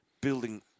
building